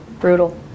brutal